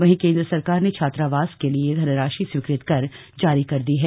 वही केंद्र सरकार ने छात्रावास के लिए धनराशि स्वीकृत कर जारी कर दी हैं